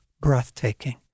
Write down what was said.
breathtaking